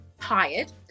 tired